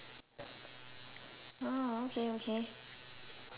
orh okay okay